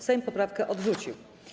Sejm poprawkę odrzucił.